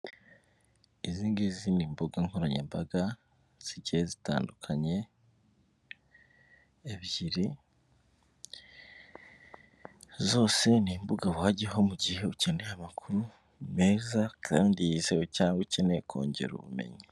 Izingizi ni mbuga nkoranyambaga zigiye zitandukanye ebyiri zose ni imbuga wajyaho mu gihe ukeneye amakuru meza kandi yizewe cyangwa ukeneye kongera ubumenyi.